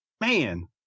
man